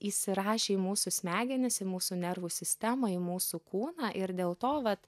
įsirašę į mūsų smegenis į mūsų nervų sistemą į mūsų kūną ir dėl to vat